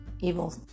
evil